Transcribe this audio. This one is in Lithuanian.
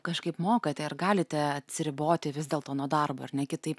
kažkaip mokate ir galite atsiriboti vis dėlto nuo darbo ar ne kitaip